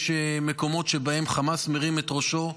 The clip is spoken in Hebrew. יש מקומות שבהם חמאס מרים את ראשו,